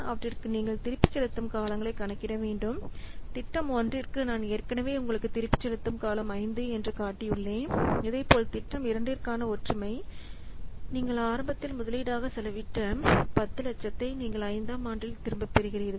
அவற்றிற்கு நீங்கள் திருப்பிச் செலுத்தும் காலங்களை கணக்கிட வேண்டும் திட்டம் 1 க்கு நான் ஏற்கனவே உங்களுக்கு திருப்பிச் செலுத்தும் காலம் 5 என்று காட்டியுள்ளேன் இதைப்போல் திட்டம் 2 க்கான ஒற்றுமை நீங்கள் ஆரம்பத்தில் முதலீடாக செலவிட்ட 1000000 நீங்கள் ஐந்தாம் ஆண்டில் திரும்பப் பெறுகிறீர்கள்